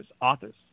authors